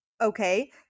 okay